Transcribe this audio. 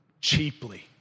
cheaply